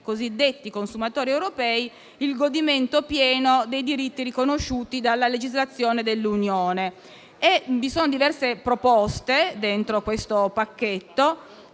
garantire ai consumatori europei il godimento pieno dei diritti riconosciuti dalla legislazione dell'Unione europea. Ci sono diverse proposte all'interno di questo pacchetto,